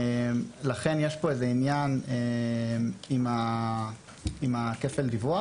לכן יש כאן עניין עם כפל הדיווח,